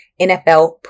NFL